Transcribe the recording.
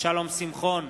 שלום שמחון,